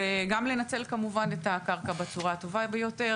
אני לא טוען שזה פותר את כל הבעיה בחברה הערבית,